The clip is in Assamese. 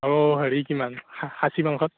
অ হেৰি কিমান খাচী মাংসত